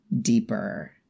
deeper